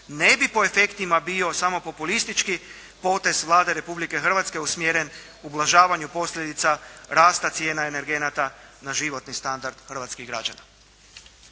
ne bi po efektima bio samo populistički potez Vlade Republike Hrvatske usmjeren ublažavanju posljedica rasta cijena energenata na životni standard hrvatskih građana.